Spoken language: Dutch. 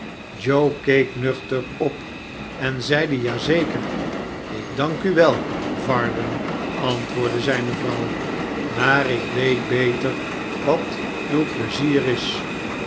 keek nuchteropen zeide ja zeker ik dank u wel varden antwoordde zijne vrouw maar ik weet beter wat uw pleizier is